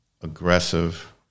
aggressive